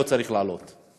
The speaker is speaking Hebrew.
לא צריך לעלות,